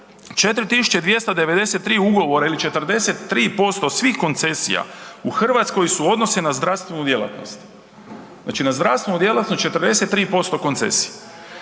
4293 ugovora ili 43% svih koncesija u Hrvatskoj su odnosi na zdravstvenu djelatnost. Znači na zdravstvenu djelatnost 43% koncesija.